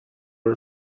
are